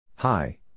Hi